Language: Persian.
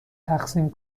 تقسیم